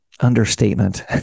understatement